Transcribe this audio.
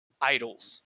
idols